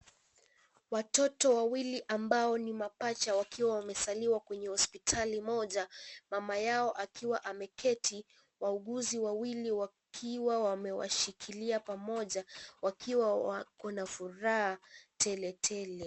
Watoto wawili ambao ni mapaja wakiwa wamezaliwa kwenye hospitali moja mama yao akiwa ameketi wauguzi wawili wakiwa wamewashikilia pamoja wakiwa wako na furaha teletele.